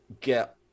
get